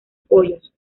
pollos